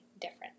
different